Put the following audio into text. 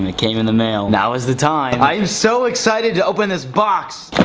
um it came in the mail. now is the time. i am so excited to open this box!